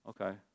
Okay